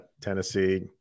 Tennessee